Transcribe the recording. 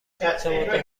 تأخیر